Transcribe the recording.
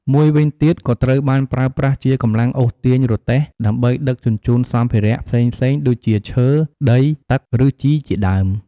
មួយវីញទៀត ក៏ត្រូវបានប្រើប្រាស់ជាកម្លាំងអូសទាញរទេះដើម្បីដឹកជញ្ជូនសម្ភារៈផ្សេងៗ ដូចជាឈើ ដី ទឹក ឬជីជាដើម។